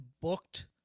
booked